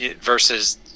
versus